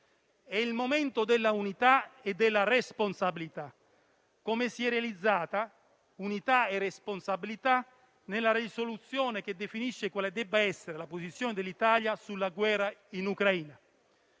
È il momento dell'unità e della responsabilità, come si sono realizzate (unità e responsabilità) nella risoluzione che definisce quale debba essere la posizione dell'Italia sulla guerra in Ucraina: